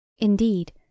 Indeed